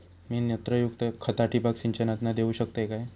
मी नत्रयुक्त खता ठिबक सिंचनातना देऊ शकतय काय?